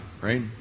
right